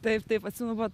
taip taip atsimenu buvo